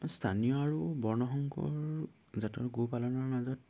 স্থানীয় আৰু বৰ্ণসংকৰ জাতৰ গো পালনৰ মাজত